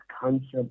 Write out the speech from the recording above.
concept